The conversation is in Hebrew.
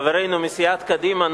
חברינו מסיעת קדימה,